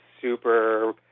super